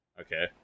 Okay